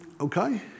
okay